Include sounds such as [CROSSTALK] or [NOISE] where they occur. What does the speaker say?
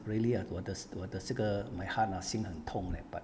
really ah 我的 [NOISE] 我的这个 my heart 心很痛 leh but